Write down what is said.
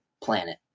planet